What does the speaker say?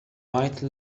white